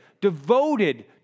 devoted